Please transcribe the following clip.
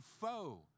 foe